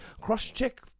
cross-check